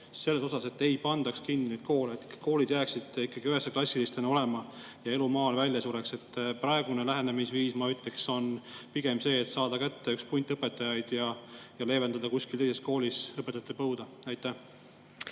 selles, et ei pandaks kinni koole, et koolid jääksid ikkagi üheksaklassilistena alles ja elu maal välja ei sureks? Praegune lähenemisviis, ma ütleks, on pigem see, et saada kätte üks punt õpetajaid ja leevendada kuskil teises koolis õpetajate põuda. Aitäh,